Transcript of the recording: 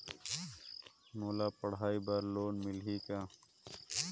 मोला पढ़ाई बर लोन मिलही का?